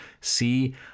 See